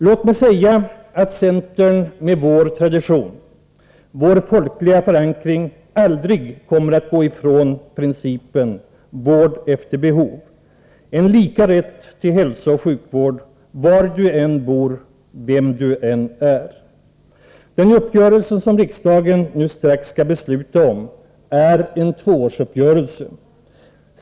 Låt mig säga att centern, med vår tradition och vår folkliga förankring, aldrig kommer att gå ifrån principen: vård efter behov — lika rätt till hälsooch sjukvård var du än bor och vem du än är. Den uppgörelse som riksdagen strax skall besluta om är en tvåårsuppgörelse.